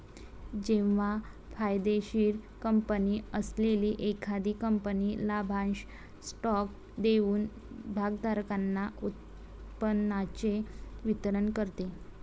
जेव्हा फायदेशीर कंपनी असलेली एखादी कंपनी लाभांश स्टॉक देऊन भागधारकांना उत्पन्नाचे वितरण करते